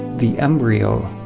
the embryo,